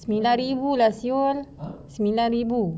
sembilan ribu lah [sial] sembilan ribu